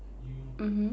mmhmm